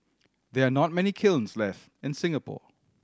there are not many kilns left in Singapore